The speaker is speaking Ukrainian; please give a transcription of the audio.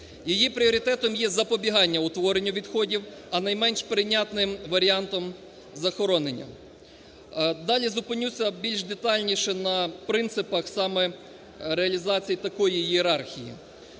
Її пріоритетом є запобігання утворенню відходів, а найменш прийнятним варіантом – захоронення. Далі зупинюся більш детальніше на принципах саме реалізації такої ієрархії.